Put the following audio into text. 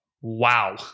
wow